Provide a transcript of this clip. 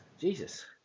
Jesus